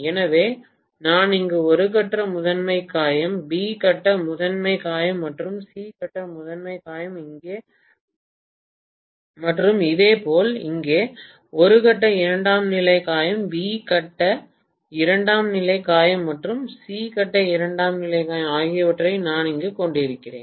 எனவே நான் இங்கு ஒரு கட்ட முதன்மை காயம் பி கட்ட முதன்மை காயம் மற்றும் சி கட்ட முதன்மை காயம் இங்கே மற்றும் இதேபோல் இங்கே ஒரு கட்ட இரண்டாம் நிலை காயம் பி கட்ட இரண்டாம் நிலை காயம் மற்றும் சி கட்ட இரண்டாம் நிலை காயம் ஆகியவற்றை நான் இங்கு கொண்டிருக்கிறேன்